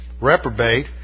reprobate